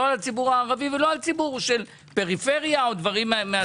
לא על הציבור הערבי ולא על ציבור של פריפריה או דברים מסוג זה.